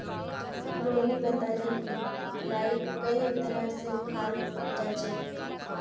रोहिणी बताले कि राईक कई तरह स खाल जाछेक